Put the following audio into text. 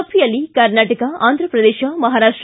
ಸಭೆಯಲ್ಲಿ ಕರ್ನಾಟಕ ಆಂಧ್ರಪ್ರದೇಶ ಮಹಾರಾಷ್ಟ